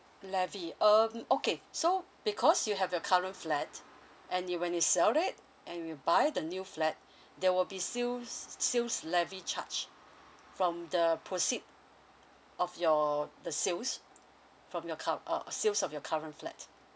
levy um okay so because you have your current flat and you when you sell it and you buy the new flat there will be sales sales levy charge from the proceed of your the sales from your cur~ uh sales of your current flat